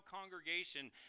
congregation